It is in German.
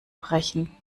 brechen